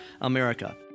America